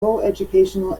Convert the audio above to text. coeducational